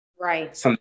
right